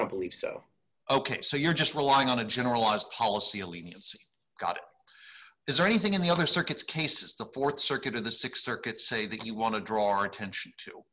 don't believe so ok so you're just relying on a generalized policy lenience got is there anything in the other circuits cases the th circuit or the th circuit say that you want to draw our attention to